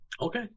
okay